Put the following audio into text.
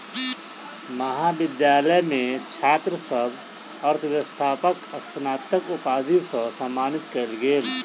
महाविद्यालय मे छात्र सभ के अर्थव्यवस्थाक स्नातक उपाधि सॅ सम्मानित कयल गेल